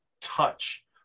touch